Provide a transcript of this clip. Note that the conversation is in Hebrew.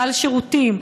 סל שירותים,